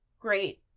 great